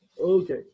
okay